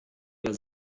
wir